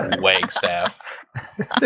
Wagstaff